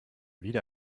wieder